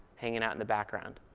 hanging out in the background.